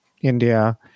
India